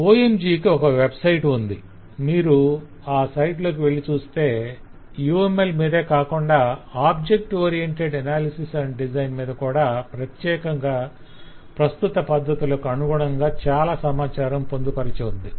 OMGకి ఒక website ఉంది మీరు ఆ సైట్ లోకి వెళ్లి చూస్తే UMLమీదే కాకుండా object oriented analysis and design మీద కూడా ప్రత్యేకంగా ప్రస్తుత పద్ధతులకు అనుగుణంగా చాలా సమాచారం పొందుపరచి ఉంది